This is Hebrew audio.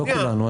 לא כולנו.